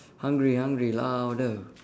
hungry hungry louder